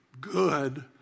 good